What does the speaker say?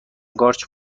قارچ